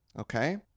okay